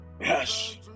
yes